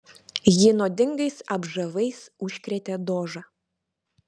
ji nuodingais apžavais užkrėtė dožą